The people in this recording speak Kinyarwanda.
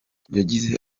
yagize